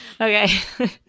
okay